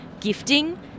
gifting